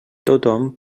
tothom